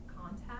contact